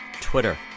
Twitter